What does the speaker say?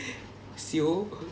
[siol]